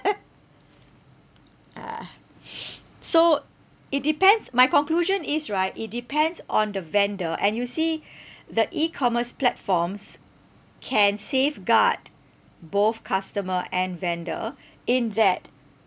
ah so it depends my conclusion is right it depends on the vendor and you see the E-commerce platforms can safeguard both customer and vendor in that